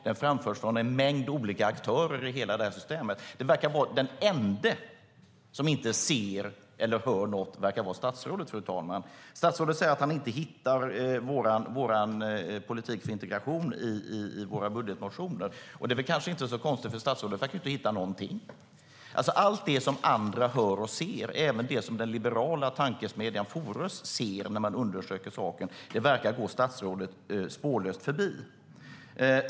Den framförs av en mängd olika aktörer i systemet. Den ende som inte ser eller hör något verkar vara statsrådet. Statsrådet säger att han inte hittar vår politik för integration i våra budgetmotioner. Det är kanske inte så konstigt, för statsrådet verkar ju inte hitta något alls! Allt som andra hör och ser - även det som den liberala tankesmedjan Fores ser när de undersöker saken - verkar gå statsrådet spårlöst förbi.